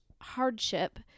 hardship